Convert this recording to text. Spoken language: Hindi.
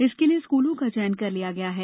इसके लिए स्कूलों का चयन कर लिया गया है